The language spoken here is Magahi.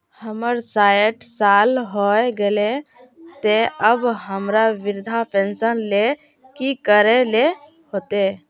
हमर सायट साल होय गले ते अब हमरा वृद्धा पेंशन ले की करे ले होते?